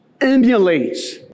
emulates